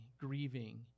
grieving